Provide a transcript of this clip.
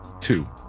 two